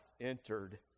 entered